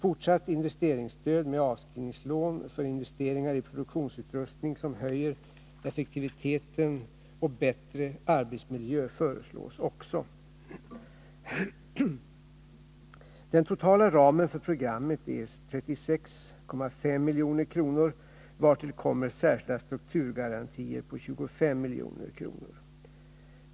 Fortsatt investeringsstöd med avskrivningslån för investeringar i produktionsutrustning, som höjer effektiviteten, och i bättre arbetsmiljö föreslås också. Den totala ramen för programmet är 36,5 milj.kr., vartill kommer särskilda strukturgarantier på 25 milj.kr.